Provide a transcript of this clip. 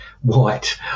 white